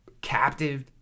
captive